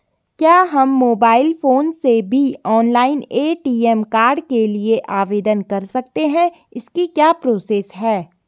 क्या हम mobile phone से भी ऑनलाइन ए.टी.एम कार्ड के लिए आवेदन कर सकते हैं इसकी क्या प्रोसेस है?